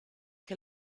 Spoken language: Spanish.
que